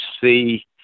see